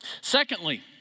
Secondly